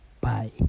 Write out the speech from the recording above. bye